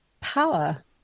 power